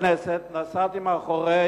היום בבוקר, כשבאתי לכנסת, נסעתי מאחורי